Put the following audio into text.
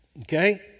okay